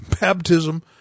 baptism